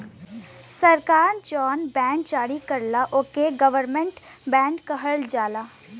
सरकार जौन बॉन्ड जारी करला ओके गवर्नमेंट बॉन्ड कहल जाला